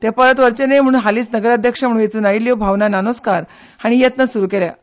ते परतून वच्चे न्हय म्हणून हालींच नगराध्यक्ष म्हणून वेंचून आयिल्ल्यो भावना नानोस्कार हांणी यत्न सुरू केल्यात